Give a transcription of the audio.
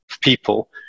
people